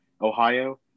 Ohio